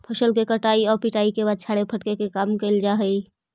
फसल के कटाई आउ पिटाई के बाद छाड़े फटके के काम कैल जा हइ